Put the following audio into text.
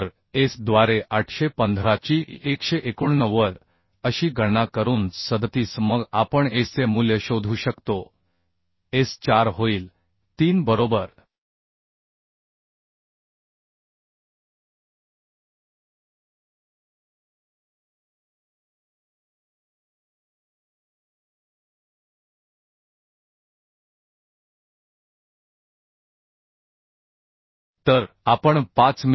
तर एस द्वारे 815 ची 189 अशी गणना करून 37 मग आपण एसचे मूल्य शोधू शकतो एस 4 होईल 3 बरोबर तर आपण 5 मि